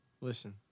Listen